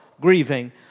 grieving